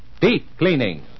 deep-cleaning